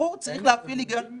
ברור שצריך להפעיל היגיון.